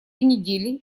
недели